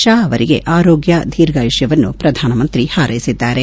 ಶಾ ಅವರಿಗೆ ಆರೋಗ್ಯ ದೀರ್ಘಾಯುಷ್ಯವನ್ನು ಪ್ರಧಾನಮಂತ್ರಿ ಹರಸಿದ್ದಾರೆ